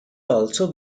also